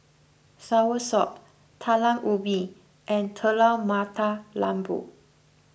Soursop Talam Ubi and Telur Mata Lembu